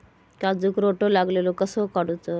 काजूक रोटो लागलेलो कसो काडूचो?